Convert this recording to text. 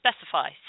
specify